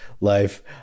life